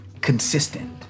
consistent